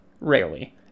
Rarely